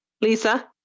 Lisa